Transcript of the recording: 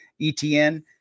ETN